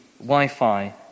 Wi-Fi